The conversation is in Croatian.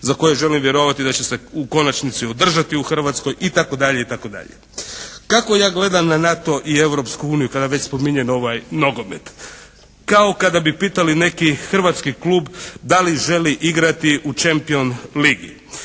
za koje želimo vjerovati da će se u konačnici održati u Hrvatskoj itd. Kako ja gledam na NATO i Europsku uniju kada već spominjem ovaj nogomet? Kao kada bi pitali neki hrvatski klub da li želi igrati u Champion ligi.